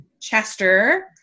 chester